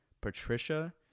Patricia